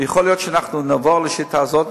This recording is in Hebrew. ויכול להיות שאנחנו נעבור לשיטה הזאת.